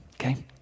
okay